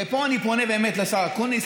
ופה אני פונה באמת לשר אקוניס,